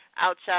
outside